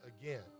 again